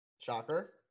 Shocker